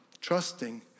trusting